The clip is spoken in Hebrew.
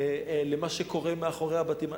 למה שקורה מאחורי הבתים.